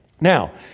Now